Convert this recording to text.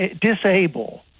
disable